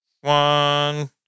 one